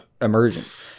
emergence